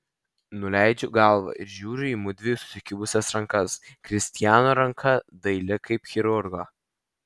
nuleidžiu galvą ir žiūriu į mudviejų susikibusias rankas kristiano ranka daili kaip chirurgo